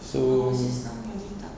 so